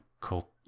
cult